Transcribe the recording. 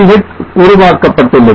sch உருவாக்கப்பட்டுள்ளது